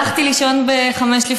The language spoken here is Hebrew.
הלכתי לישון ב-05:00,